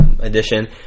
Edition